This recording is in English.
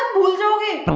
will do it